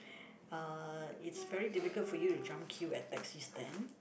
uh it's very difficult for you to jump queue at taxi stand